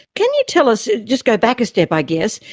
can you tell us, just go back a step i guess,